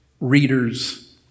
readers